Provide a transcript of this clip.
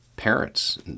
Parents